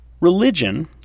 Religion